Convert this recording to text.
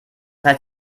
heißt